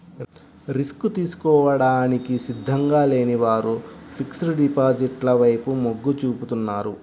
risk తీసుకోవడానికి సిద్ధంగా లేని వారు ఫిక్స్డ్ డిపాజిట్ల వైపు మొగ్గు చూపుతున్నారు